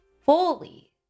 fully